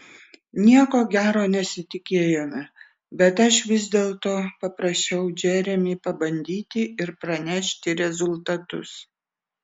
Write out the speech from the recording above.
nieko gero nesitikėjome bet aš vis dėlto paprašiau džeremį pabandyti ir pranešti rezultatus